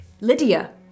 Lydia